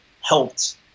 helped